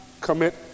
commit